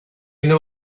knew